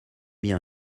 bien